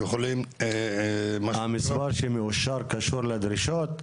המספר שמאושר קשור לדרישות,